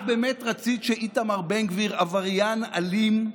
את באמת רצית שאיתמר בן גביר, עבריין אלים,